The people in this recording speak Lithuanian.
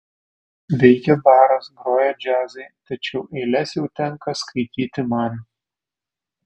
veikia baras groja džiazai tačiau eiles jau tenka skaityti man